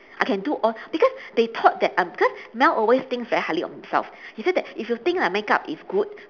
I can do all because they thought that I because mel always thinks very highly of himself he said that if you think my makeup is good